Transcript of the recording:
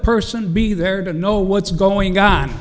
person be there to know what's going on